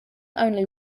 only